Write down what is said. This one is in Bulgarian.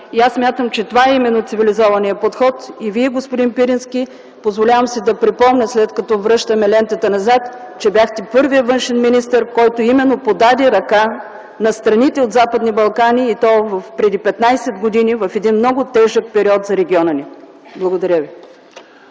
и смятам, че именно това е цивилизованият подход. Господин Пирински, позволявам си да припомня, след като връщаме лентата назад, че Вие бяхте първият външен министър, който именно подаде ръка на страните от Западните Балкани, и то преди 15 години в един много тежък период за региона ни. Благодаря ви.